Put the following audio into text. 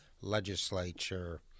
legislature